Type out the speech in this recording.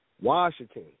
Washington